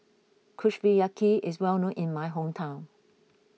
Kushiyaki is well known in my hometown